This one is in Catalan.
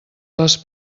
les